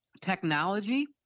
technology